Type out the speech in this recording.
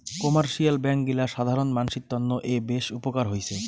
commercial bank গিলা সাধারণ মানসির তন্ন এ বেশ উপকার হৈছে